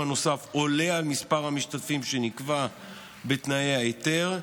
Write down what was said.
נוסף עולה על מספר המשתתפים שנקבע בתנאי ההיתר,